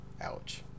Ouch